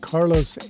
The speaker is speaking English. Carlos